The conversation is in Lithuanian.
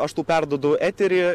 aš tau perduodu eterį